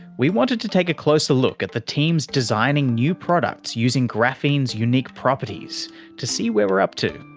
we wanted to take a closer look at the teams designing new products using graphene's unique properties to see where we are up to.